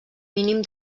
mínim